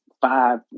five